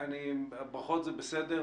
ברכות זה בסדר,